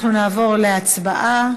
אנחנו נעבור להצבעה: